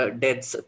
deaths